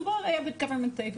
מדובר היה ב-government take,